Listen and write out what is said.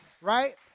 right